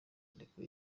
ariko